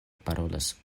parolas